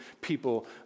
people